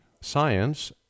Science